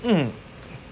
mm